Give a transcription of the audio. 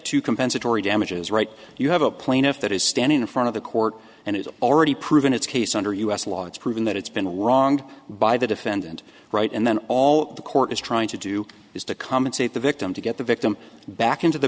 to compensatory damages right you have a plaintiff that is standing in front of the court and has already proven its case under u s law it's proven that it's been wronged by the defendant right and then all the court is trying to do is to compensate the victim to get the victim back into the